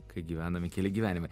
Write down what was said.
kai gyvenami keli gyvenimai